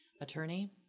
attorney